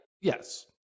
yes